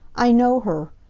i know her.